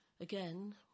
again